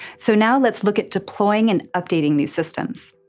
so now let's look at deploying and updating these systems.